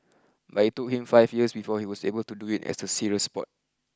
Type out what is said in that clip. but it took him five years before he was able to do it as a serious sport